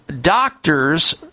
doctors